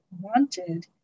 wanted